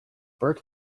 bert